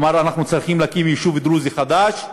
הוא אמר: אנחנו צריכים להקים יישוב דרוזי חדש.